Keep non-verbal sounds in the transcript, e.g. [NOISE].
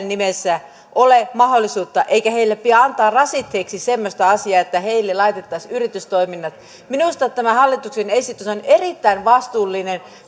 [UNINTELLIGIBLE] nimessä ole mahdollisuutta eikä heille pidä antaa rasitteeksi semmoista asiaa että heille laitettaisiin yritystoimintaa minusta tämä hallituksen esitys on erittäin vastuullinen